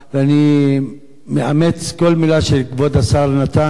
ואני מאמץ כל מלה שכבוד השר נתן,